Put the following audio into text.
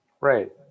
Right